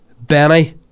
Benny